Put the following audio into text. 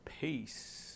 Peace